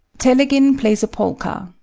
telegin plays a polka.